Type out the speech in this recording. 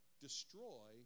destroy